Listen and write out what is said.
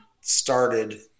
started